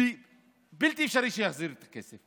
בלתי אפשרי שיחזיר את הכסף,